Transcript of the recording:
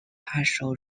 partial